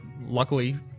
luckily